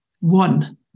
One